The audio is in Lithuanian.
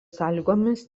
sąlygomis